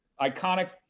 iconic